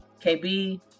KB